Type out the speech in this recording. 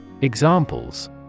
Examples